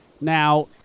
Now